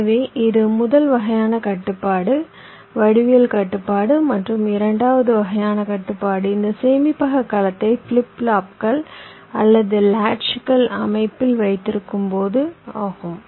எனவே இது முதல் வகையான கட்டுப்பாடு வடிவியல் கட்டுப்பாடு மற்றும் இரண்டாவது வகையான கட்டுப்பாடு இந்த சேமிப்பக கலத்தை ஃபிளிப் ஃப்ளாப்கள் அல்லது லாட்ஜ்கள் அமைப்பில் வைத்திருக்கும்போது ஆகும்